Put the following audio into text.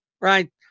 Right